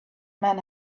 men